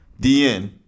DN